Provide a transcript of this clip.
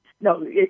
No